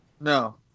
no